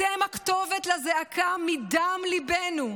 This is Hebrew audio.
אתם הכתובת לזעקה מדם ליבנו.